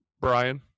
Brian